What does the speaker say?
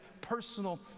personal